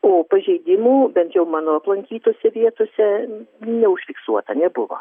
o pažeidimų bent jau mano aplankytose vietose neužfiksuota nebuvo